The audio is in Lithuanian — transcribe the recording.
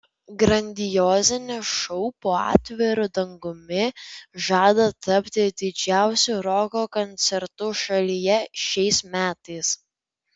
grandiozinis šou po atviru dangumi žada tapti didžiausiu roko koncertu šalyje šiais metais